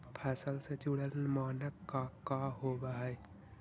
फसल से जुड़ल मानक का का होव हइ?